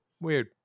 weird